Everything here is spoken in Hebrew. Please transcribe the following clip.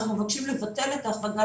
אנחנו מבקשים לבטל את ההחרגה,